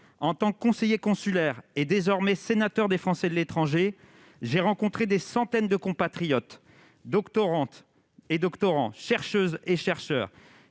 En tant que conseiller consulaire et désormais sénateur représentant les Français de l'étranger, j'ai rencontré des centaines de compatriotes, doctorantes et doctorants, chercheuses et chercheurs,